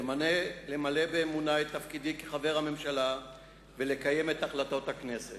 למלא באמונה את תפקידי כחבר הממשלה ולקיים את החלטות הכנסת.